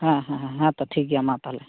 ᱦᱮᱸ ᱦᱮᱸ ᱦᱮᱛᱳ ᱴᱷᱤᱠ ᱜᱮᱭᱟ ᱢᱟ ᱛᱟᱦᱚᱞᱮ